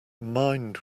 mind